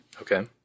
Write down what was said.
Okay